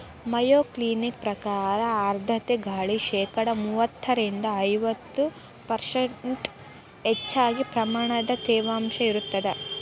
Mayo Clinic ಪ್ರಕಾರ ಆರ್ಧ್ರತೆ ಗಾಳಿ ಶೇಕಡಾ ಮೂವತ್ತರಿಂದ ಐವತ್ತು ಪರ್ಷ್ಂಟ್ ಹೆಚ್ಚಗಿ ಪ್ರಮಾಣದ ತೇವಾಂಶ ಇರತ್ತದ